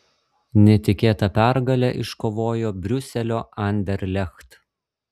netikėtą pergalę iškovojo briuselio anderlecht